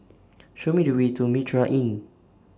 Show Me The Way to Mitraa Inn